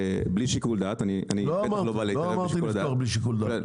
שיקול דעת -- לא אמרתי לפתוח בלי שיקול עדת,